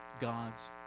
God's